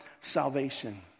salvation